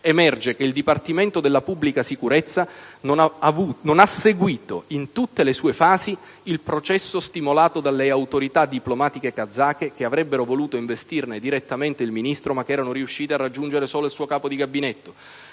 emerge che il Dipartimento della pubblica sicurezza non ha seguìto in tutte le sue fasi il processo stimolato dalle autorità diplomatiche kazake che avrebbero voluto investirne direttamente il Ministro ma che erano riuscite a raggiungere solo il suo Capo Gabinetto.